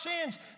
sins